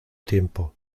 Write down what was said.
tiempo